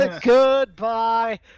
Goodbye